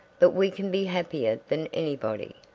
but we can be happier than anybody.